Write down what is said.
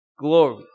glory